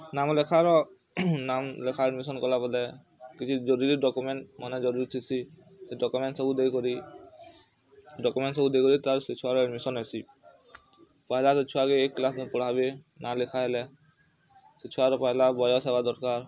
ନାମ ଲେଖାର ନାମ ଲେଖା ଆଡ଼୍ମିସନ୍ କଲା ବେଲେ କିଛି ଜରୁରୀ ଡକୁମେଣ୍ଟ୍ମାନେ ଜରୁରୀ ଥିସି ସେ ଡକୁମେଣ୍ଟ୍ ସବୁ ଦେଇ କରି ଡକୁମେଣ୍ଟ୍ ସବୁ ଦେଇ କରି ତାପରେ ସେ ଛୁଆର ଆଡ଼ମିସନ୍ ହେସି ପହେଲା ତ ଛୁଆକେ ଏକ୍ କ୍ଲାସ୍କେ ପଢ଼ାବେ ନାଁ ଲେଖା ହେଲେ ସେ ଛୁଆର ପହେଲା ବୟସ ହେବା ଦରକାର୍